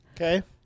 Okay